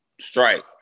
strike